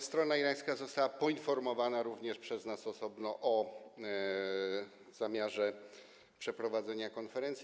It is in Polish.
Strona irańska została poinformowana również przez nas osobno o zamiarze przeprowadzenia konferencji.